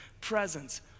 Presence